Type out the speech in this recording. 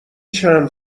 چند